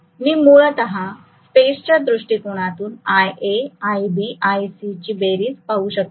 मी मूलतः स्पेस च्या दृष्टिकोनातून iA iB iC ची बेरीज पाहू शकतो